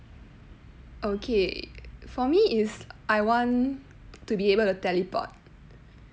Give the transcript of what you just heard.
okay for me is I want to be able to teleport